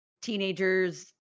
teenagers